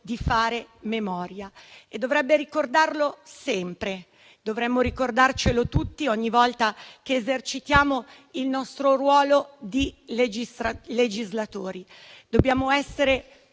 di fare memoria. E dovrebbe ricordarlo sempre; dovremmo ricordarlo tutti, ogni volta che esercitiamo il nostro ruolo di legislatori. Dobbiamo essere